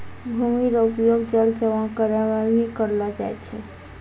भूमि रो उपयोग जल जमा करै मे भी करलो जाय छै